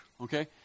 Okay